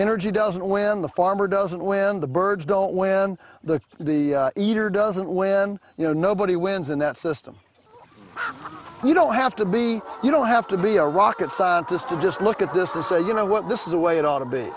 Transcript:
energy doesn't when the farmer doesn't when the birds don't when the the eater doesn't when you know nobody wins in that system you don't have to be you don't have to be a rocket scientist to just look at this and say you know what this is the way it ought to be